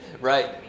Right